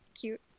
cute